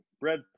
bread